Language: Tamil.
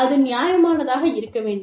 அது நியாயமானதாக இருக்க வேண்டும்